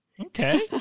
Okay